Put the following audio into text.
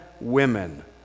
women